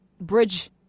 bridge